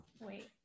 Wait